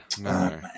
no